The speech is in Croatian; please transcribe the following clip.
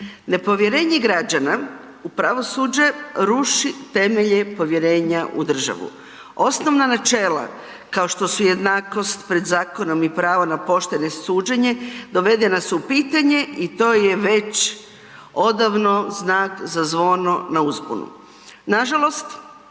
Nepovjerenje građana u pravosuđe ruši temelje povjerenja u državu. Osnovna načela kao što su jednakost pred zakonom i pravo na pošteno suđenje, dovedena su u pitanje i to je već odavno znak za zvono na uzbunu. Nažalost,